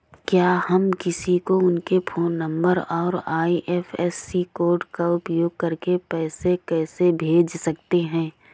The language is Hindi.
क्या हम किसी को उनके फोन नंबर और आई.एफ.एस.सी कोड का उपयोग करके पैसे कैसे भेज सकते हैं?